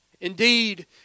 Indeed